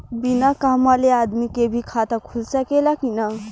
बिना काम वाले आदमी के भी खाता खुल सकेला की ना?